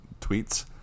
tweets